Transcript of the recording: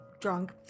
drunk